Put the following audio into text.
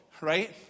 right